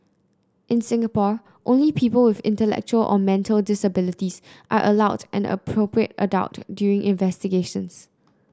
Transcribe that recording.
in Singapore only people with intellectual or mental disabilities are allowed an appropriate adult during investigations